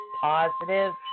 positive